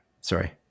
Sorry